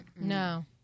No